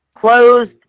closed